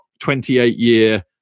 28-year